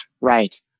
right